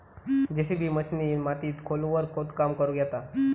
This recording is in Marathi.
जेसिबी मशिनीन मातीत खोलवर खोदकाम करुक येता